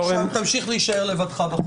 עכשיו תמשיך להישאר לבדך.